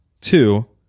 Two